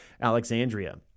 Alexandria